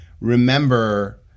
remember